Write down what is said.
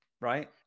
right